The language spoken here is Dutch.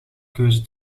keuze